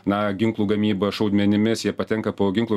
na ginklų gamyba šaudmenimis jie patenka po ginklų